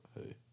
hey